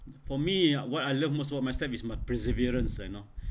for me what I love most about myself is my perseverance ah you know